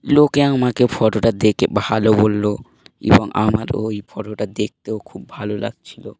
লোকে আমাকে ফটোটা দেখে ভালো বললো এবং আমারও ওই ফটোটা দেখতেও খুব ভালো লাগছিলো